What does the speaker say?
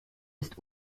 ist